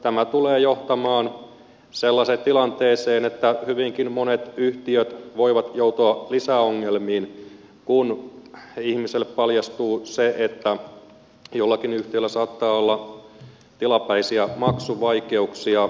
tämä tulee johtamaan sellaiseen tilanteeseen että hyvinkin monet yhtiöt voivat joutua lisäongelmiin kun ihmisille paljastuu se että jollakin yhtiöllä saattaa olla tilapäisiä maksuvaikeuksia